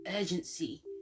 urgency